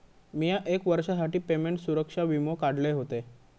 मिया एक वर्षासाठी पेमेंट सुरक्षा वीमो काढलय होतय